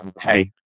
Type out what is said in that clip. hey